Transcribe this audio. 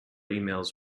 emails